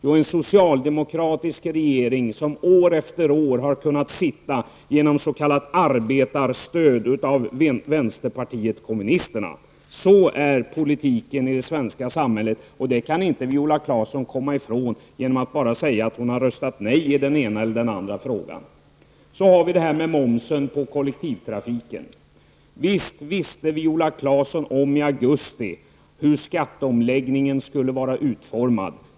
Jo, en socialdemokratisk regering, som år efter år har kunnat sitta genom s.k. Sådan är politiken i det svenska samhället, och det kan inte Viola Claesson komma ifrån genom att bara säga att hon har röstat nej i den ena eller andra frågan. Så har vi det här med momsen på kollektivtrafiken. Visst kände Viola Claesson i augusti till hur skatteomläggningen skulle vara utformad.